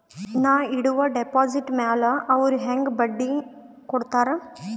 ನಾ ಇಡುವ ಡೆಪಾಜಿಟ್ ಮ್ಯಾಲ ಅವ್ರು ಹೆಂಗ ಬಡ್ಡಿ ಕೊಡುತ್ತಾರ?